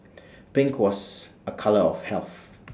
pink was A colour of health